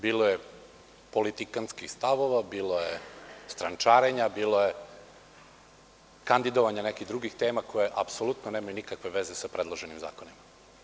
Bilo je politikantskih stavova, bilo je strančarenja, bilo je kandidovanja nekih drugih tema koje apsolutno nemaju nikakve veze sa predloženim zakonima.